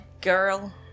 girl